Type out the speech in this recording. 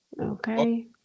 Okay